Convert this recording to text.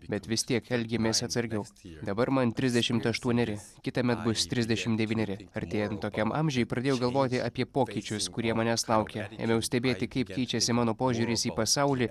bet vis tiek elgiamės atsargiau dabar man trisdešimt aštuoneri kitąmet bus trisdešim devyneri artėjant tokiam amžiui pradėjau galvoti apie pokyčius kurie manęs laukia ėmiau stebėti kaip keičiasi mano požiūris į pasaulį